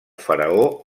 faraó